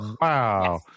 Wow